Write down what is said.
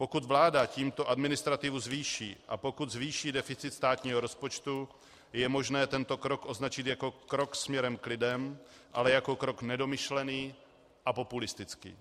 Pokud vláda tímto administrativu zvýší a pokud zvýší deficit státního rozpočtu, je možné tento krok označit jako krok směrem k lidem, ale jako krok nedomyšlený a populistický.